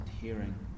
hearing